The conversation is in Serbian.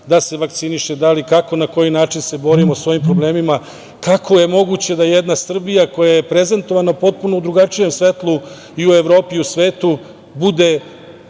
da se vakciniše, da li i na koji način se borimo sa ovim problemima. Kako je moguće da jedna Srbija koja je prezentovano potpuno drugačijem svetlu i u Evropi i u svetu bude